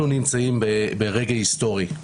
אנחנו נמצאים ברגע היסטורי,